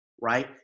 right